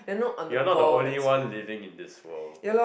you are not the only one living in this world